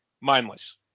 mindless